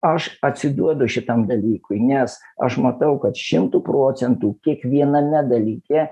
aš atsiduodu šitam dalykui nes aš matau kad šimtu procentų kiekviename dalyke